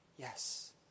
Yes